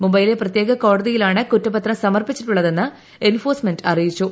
മുംബൈയിലെ പ്രത്യേക കോടതിയിലാണ് കുറ്റപത്രം സമർപ്പിച്ചിട്ടുള്ളതെന്ന് എൻഫോഴ്സ്മെന്റ് അറിയിച്ചു